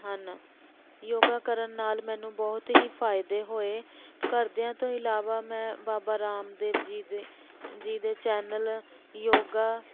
ਹਨ ਯੋਗਾ ਕਰਨ ਨਾਲ ਮੈਨੂੰ ਬਹੁਤ ਹੀ ਫਾਇਦੇ ਹੋਏ ਘਰਦਿਆਂ ਤੋਂ ਇਲਾਵਾ ਮੈਂ ਬਾਬਾ ਰਾਮਦੇਵ ਜੀ ਦੇ ਜੀ ਦੇ ਚੈਨਲ ਯੋਗਾ